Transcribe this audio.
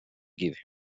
give